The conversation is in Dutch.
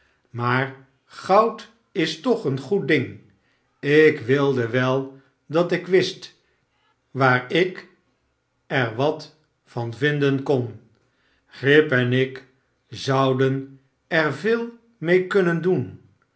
maar goud is toclv een goed ding ik wilde wel dat ik wist waar ik er wat van vinden kon grip en ik zouden er veel mee kunnen doen